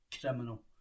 criminal